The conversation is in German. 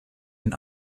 den